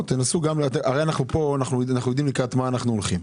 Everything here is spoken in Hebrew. הרי פה אנחנו יודעים לקראת מה אנחנו הולכים.